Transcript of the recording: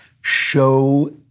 show